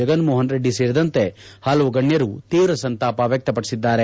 ಜಗನ್ ಮೋಹನ ರೆಡ್ಡಿ ಸೇರಿದಂತೆ ಹಲವು ಗಣ್ಣರು ತೀವ್ರ ಸಂತಾಪ ವ್ಲಕ್ಷಪಡಿಸಿದ್ದಾರೆ